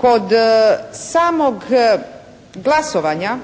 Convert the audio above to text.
kod samog glasovanja